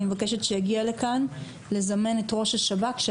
אני מבקשת לזמן את ראש השב"כ או